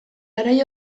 garai